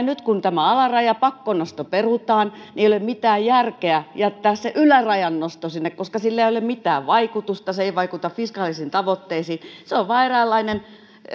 nyt kun tämä alarajan pakkonosto perutaan niin ei ole mitään järkeä jättää sitä ylärajan nostoa sinne koska sillä ei ole mitään vaikutusta se ei vaikuta fiskaalisiin tavoitteisiin se on vain eräänlainen